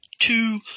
Two